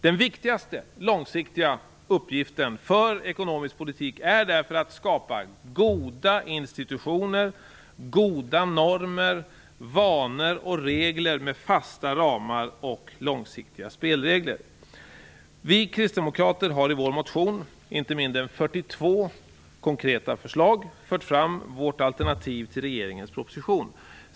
Den viktigaste långsiktiga uppgiften för ekonomisk politik är därför att skapa goda institutioner, goda normer, vanor och regler med fasta ramar samt långsiktiga spelregler. Vi kristdemokrater har i vår motion i inte mindre än 42 konkreta förslag fört fram vårt alternativ till regeringens proposition.